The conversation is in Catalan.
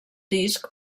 disc